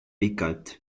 pikalt